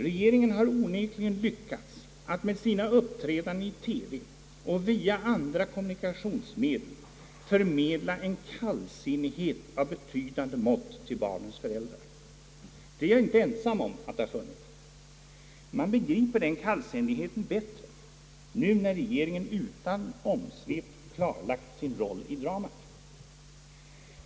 Regeringen har onekligen lyckats att med sina framträdanden i TV och via andra kommunikationsmedel förmedla en kallsinnighet av betydande mått till barnens föräldrar. Det är jag inte ensam om att ha funnit. Man begriper den kallsinnigheten bättre nu när regeringen utan omsvep klarlagt sin roll i dramat.